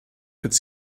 could